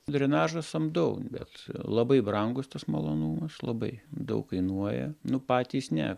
drenažą samdau bet labai brangus tas malonumas labai daug kainuoja nu patys ne